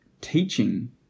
teaching